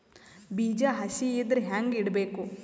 ಬೀಜ ಹಸಿ ಇದ್ರ ಹ್ಯಾಂಗ್ ಇಡಬೇಕು?